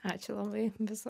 ačiū labai viso